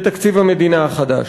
בתקציב המדינה החדש.